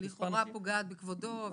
שלכאורה פוגעת בכבודו.